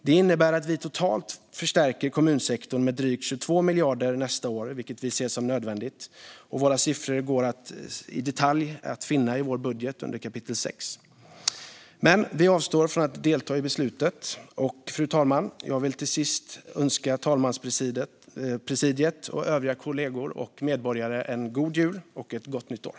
Det innebär att vi totalt förstärker kommunsektorn med drygt 22 miljarder nästa år, vilket vi ser som nödvändigt. Våra siffror i detalj går att finna i vår budget under kapitel sex. Vi avstår dock från att delta i beslutet. Fru talman! Jag vill till sist önska talmanspresidiet, övriga kollegor och medborgare en god jul och ett gott nytt år.